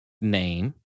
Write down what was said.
name